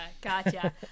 gotcha